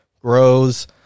grows